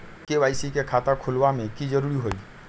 KYC के खाता खुलवा में की जरूरी होई?